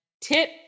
tip